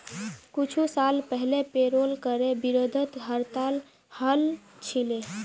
कुछू साल पहले पेरोल करे विरोधत हड़ताल हल छिले